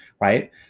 right